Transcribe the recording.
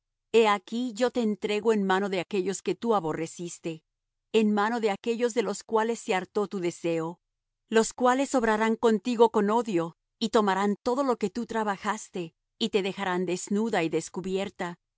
he aquí yo te entrego en mano de aquellos que tú aborreciste en mano de aquellos de los cuales se hartó tu deseo los cuales obrarán contigo con odio y tomarán todo lo que tú trabajaste y te dejarán desnuda y descubierta